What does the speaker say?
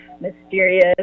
mysterious